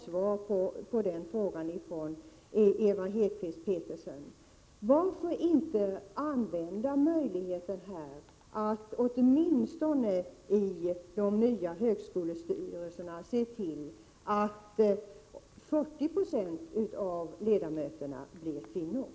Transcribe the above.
Varför inte använda möjligheten att åtminstone i de nya högskolestyrelserna se till att 40 26 av ledamöterna blir kvinnor?